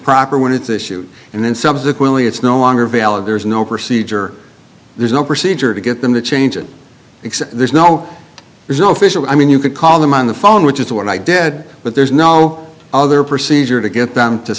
proper when it's issued and then subsequently it's no longer valid there's no procedure there's no procedure to get them to change it except there's no there's no official i mean you could call them on the phone which is the one i dead but there's no other procedure to get them to